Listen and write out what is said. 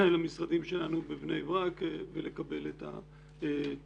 למשרדים שלנו בבני ברק ולקבל את הטיפול.